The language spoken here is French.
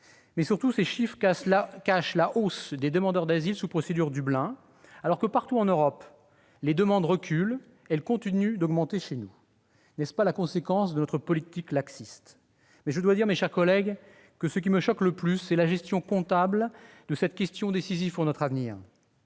2007. Surtout, ces chiffres cachent la hausse du nombre des demandeurs d'asile sous procédure Dublin. Alors que, partout en Europe, le flux des demandes diminue, il continue d'augmenter chez nous. N'est-ce pas la conséquence de notre politique laxiste ? Mais je dois dire, mes chers collègues, que ce qui me choque le plus, c'est la gestion comptable de cette question décisive pour notre avenir.